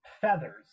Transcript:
feathers